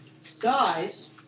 size